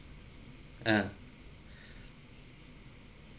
ah